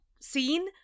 scene